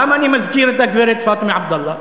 למה אני מזכיר את הגברת פאטמה עבדאללה?